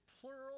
plural